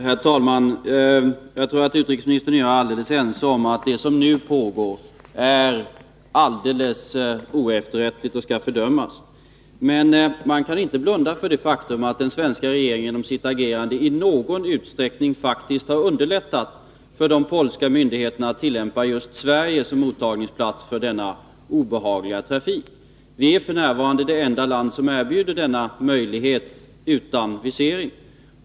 Herr talman! Jag tror att utrikesministern och jag är helt ense om att det som nu pågår är fullkomligt oefterrättligt och skall fördömas. Men man kan inte blunda för det faktum att den svenska regeringen genom sitt agerande i någon utsträckning faktiskt har underlättat för de polska myndigheterna att använda just Sverige som mottagarplats i denna obehagliga trafik. Sverige är f.n. det enda land som erbjuder denna möjlighet utan visering.